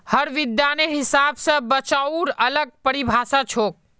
हर विद्वानेर हिसाब स बचाउर अलग परिभाषा छोक